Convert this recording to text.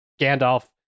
gandalf